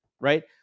right